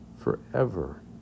forever